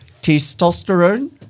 testosterone